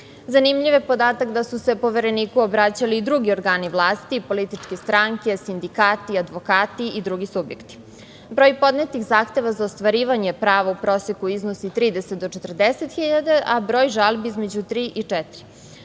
je podatak da su se Povereniku obraćali i drugi organi vlasti, političke stranke, sindikati, advokati i drugi subjekti. Broj podnetih zahteva za ostvarivanje prava u proseku iznosi 30 do 40 hiljada, a broj žalbi između tri i